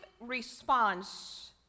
response